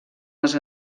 les